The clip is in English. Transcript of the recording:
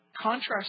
contrast